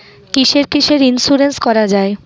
কিসের কিসের ইন্সুরেন্স করা যায়?